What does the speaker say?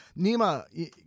Nima